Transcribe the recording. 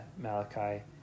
Malachi